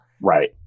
Right